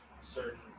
certain